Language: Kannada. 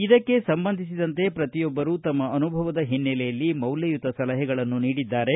ಇದಕ್ಕೆ ಸಂಬಂಧಿಸಿದಂತೆ ಪ್ರತಿಯೊಬ್ಬರು ತಮ್ಮ ಅನುಭವದ ಹಿನ್ನೆಲೆಯಲ್ಲಿ ಮೌಲ್ಯಯುತ ಸಲಹೆಗಳನ್ನು ನೀಡಿದ್ದಾರೆ